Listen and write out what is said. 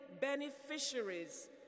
beneficiaries